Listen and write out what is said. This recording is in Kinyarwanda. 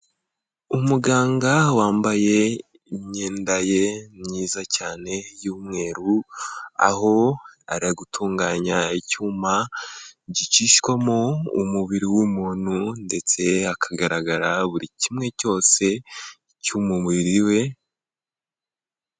Umuganga wambaye imyenda ye myiza cyane y'umweru, aho ari gutunganya icyuma gicishwamo umubiri w'umuntu ndetse akagaragara buri kimwe cyose cy'umubiri we.